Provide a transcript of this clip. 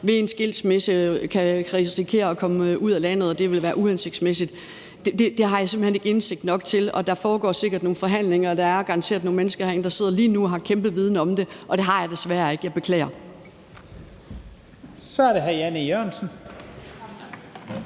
ved en skilsmisse kan risikere at skulle ud af landet, og det ville være uhensigtsmæssigt. Det har jeg simpelt hen ikke nok indsigt i, og der foregår sikkert nogle forhandlinger. Der er garanteret nogle mennesker herinde, der lige nu sidder med en kæmpe viden om det, og det har jeg desværre ikke. Jeg beklager. Kl. 17:21 Første